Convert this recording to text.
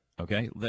okay